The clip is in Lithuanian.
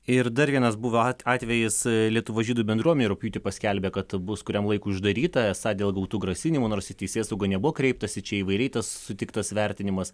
ir dar vienas buvo atvejis lietuvos žydų bendruomenė rugpjūtį paskelbė kad bus kuriam laikui uždaryta esą dėl gautų grasinimų nors į teisėsaugą nebuvo kreiptasi čia įvairiai tas sutiktas vertinimas